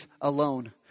alone